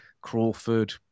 Crawford